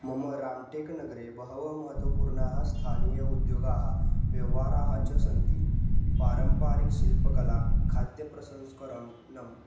मम राम्टेक् नगरे बहवः महत्त्वपूर्णाः स्थानीय उद्योगाः व्यवहाराः च सन्ति पारम्परिकशिल्पकला खाद्यप्रसंस्करणं